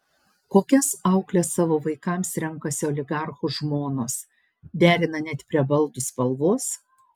kokias aukles savo vaikams renkasi oligarchų žmonos derina net prie baldų spalvos